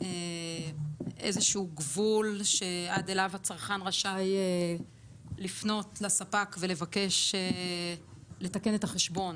איזה שהוא גבול שעד אליו הצרכן רשאי לפנות לספק ולבקש לתקן את החשבון,